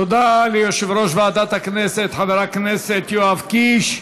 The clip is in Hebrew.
תודה ליושב-ראש ועדת הכנסת חבר הכנסת יואב קיש.